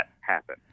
happen